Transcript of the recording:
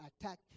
attack